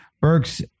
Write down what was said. Burks